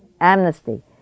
Amnesty